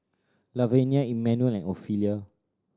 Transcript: Lavenia Emanuel and Ofelia